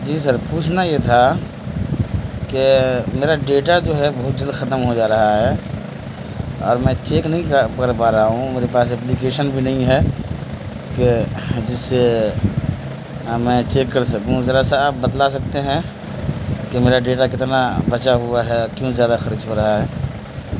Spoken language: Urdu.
جی سر پوچھنا یہ تھا کہ میرا ڈیٹا جو ہے بہت جلد ختم ہو جا رہا ہے اور میں چیک نہیں کر کر پا رہا ہوں میرے پاس ایپلیکیشن بھی نہیں ہے کہ جس سے میں چیک کر سکوں ذرا سا آپ بتلا سکتے ہیں کہ میرا ڈیٹا کتنا بچا ہوا ہے کیوں زیادہ خرچ ہو رہا ہے